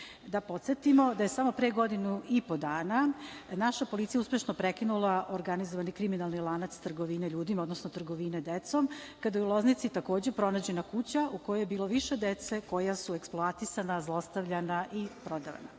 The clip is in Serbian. podsetimo da je pre samo godinu i po dana naša policija uspešno prekinula organizovani kriminalni lanac trgovine ljudima, odnosno trgovine decom kada je u Loznici takođe pronađena kuća u kojoj je bilo više deca koja su eksploatisana, zlostavljana i prodavana.